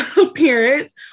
appearance